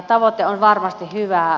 tavoite on varmasti hyvä